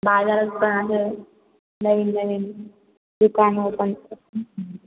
बाजारात पण असं नवीन नवीन दुकान ओपन